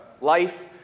life